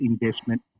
investment